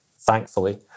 thankfully